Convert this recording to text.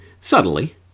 subtly